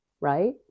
right